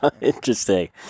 Interesting